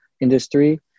industry